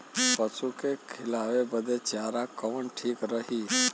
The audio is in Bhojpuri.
पशु के खिलावे बदे चारा कवन ठीक रही?